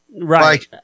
Right